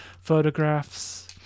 photographs